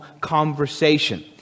conversation